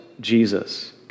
Jesus